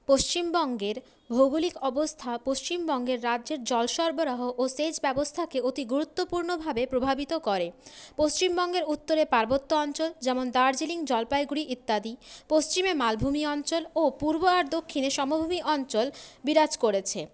পশ্চিমবঙ্গের ভৌগোলিক অবস্থা পশ্চিমবঙ্গের রাজ্যের জল সরবারহ ও সেচ ব্যবস্থাকে অতি গুরুত্বপূর্ণভাবে প্রভাবিত করে পশ্চিমবঙ্গের উত্তরে পার্বত্য অঞ্চল যেমন দার্জিলিং জলপাইগুড়ি ইত্যাদি পশ্চিমে মালভূমি অঞ্চল ও পূর্ব আর দক্ষিণে সমভূমি অঞ্চল বিরাজ করেছে